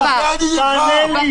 תענה לי.